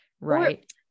Right